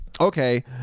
Okay